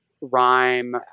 rhyme